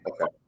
Okay